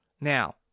Now